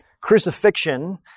Crucifixion